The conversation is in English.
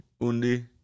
Undi